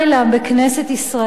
בכנסת ישראל,